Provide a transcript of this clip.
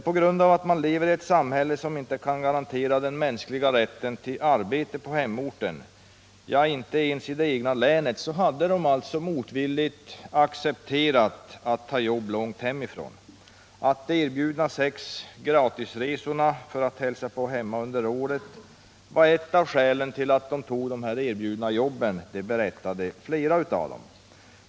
På grund av att dessa ungdomar lever i ett samhälle som inte kan garantera den mänskliga rätten till arbete på hemorten eller ens i det egna länet hade de motvilligt accepterat att ta jobb långt hemifrån. Att de erbjudna sex gratisresorna för att hälsa på hemma var ett av skälen till att dessa ungdomar tog de här jobben berättade flera av dem.